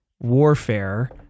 warfare